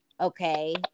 okay